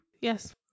Yes